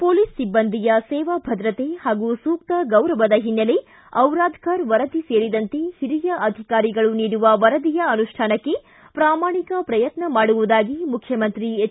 police ಸಿಬ್ಬಂದಿಯ ಸೇವಾ ಭದ್ರತೆ ಹಾಗೂ ಸೂಕ್ತ ಗೌರವದ ಹಿನ್ನೆಲೆ ದಿರಾಧಕರ ವರದಿ ಸೇರಿದಂತೆ ಹಿರಿಯ ಅಧಿಕಾರಿಗಳು ನೀಡುವ ವರದಿಯ ಅನುಷ್ಠಾನಕ್ಕೆ ಪ್ರಾಮಾಣಿಕ ಪ್ರಯತ್ನ ಮಾಡುವುದಾಗಿ ಮುಖ್ಯಮಂತ್ರಿ ಎಚ್